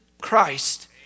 Christ